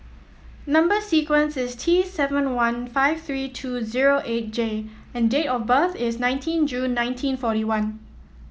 number sequence is T seven one five three two zero eight J and date of birth is nineteen June nineteen forty one